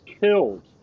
killed